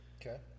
Okay